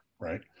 right